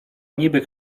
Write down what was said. niby